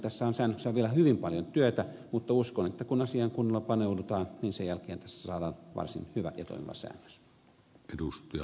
tässä säännöksessä on vielä hyvin paljon työtä mutta uskon että kun asiaan kunnolla paneudutaan niin sen jälkeen tästä saadaan varsin hyvä ja toimiva säännös